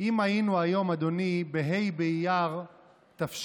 אם היינו היום, אדוני, בה' באייר תש"ח,